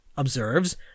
observes